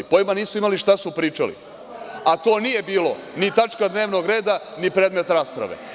Pojma nisu imali šta su pričali, a to nije bilo ni tačka dnevnog reda ni predmet rasprave.